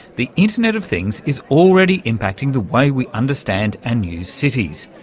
the internet of things is already impacting the way we understand and use cities.